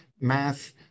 math